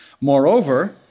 Moreover